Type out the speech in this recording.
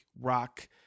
rock